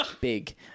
big